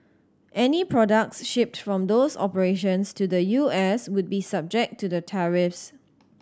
any products shipped from those operations to the U S would be subject to the tariffs